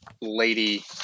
Lady